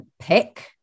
pick